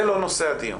זה לא נושא הדיון.